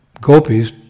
gopis